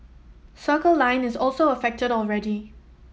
Circle Line is also affected already